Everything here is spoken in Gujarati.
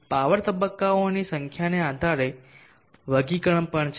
પાવર તબક્કાઓની સંખ્યાના આધારે વર્ગીકરણ પણ છે